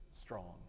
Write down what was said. strong